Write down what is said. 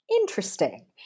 interesting